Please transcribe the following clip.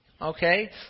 Okay